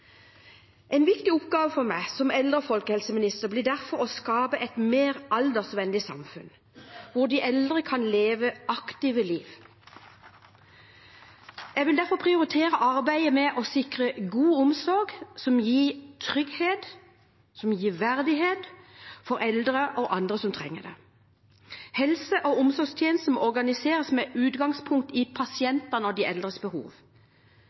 En viktig oppgave for meg som eldre- og folkehelseminister blir derfor å skape et mer aldersvennlig samfunn, hvor de eldre kan leve et aktivt liv. Jeg vil derfor prioritere arbeidet med å sikre god omsorg, som gir trygghet og verdighet for eldre og andre som trenger det. Helse- og omsorgstjenesten må organiseres med utgangspunkt i pasientenes og de eldres behov.